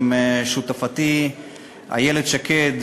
עם שותפתי איילת שקד,